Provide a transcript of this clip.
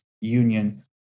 union